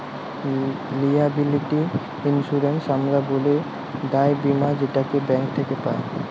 liability insurance হামরা ব্যলি দায় বীমা যেটাকে ব্যাঙ্ক থক্যে পাই